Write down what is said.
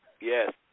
Yes